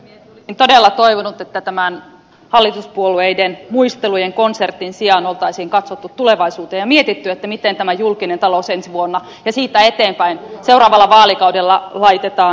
olisin todella toivonut että tämän hallituspuolueiden muistelujen konsertin sijaan olisi katsottu tulevaisuuteen ja mietitty miten tämä julkinen talous ensi vuonna ja siitä eteenpäin seuraavalla vaalikaudella laitetaan kuntoon